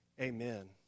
Amen